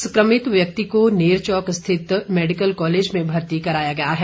संक्रमित व्यक्ति को नेरचौक स्थित मैडिकल कॉलेज में भर्ती कराया गया है